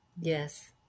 yes